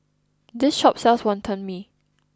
this shop sells Wonton Mee